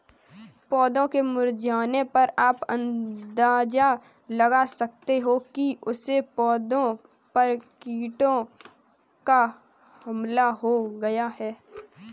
पौधों के मुरझाने पर आप अंदाजा लगा सकते हो कि उस पौधे पर कीटों का हमला हो गया है